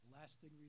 lasting